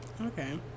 Okay